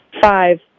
five